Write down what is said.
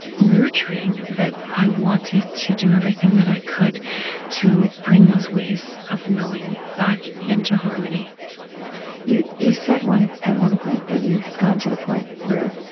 nurturing that i wanted to do everything that i could to bring those ways of knowing back into harmony you you said at one point that you had gotten to the point where